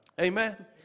Amen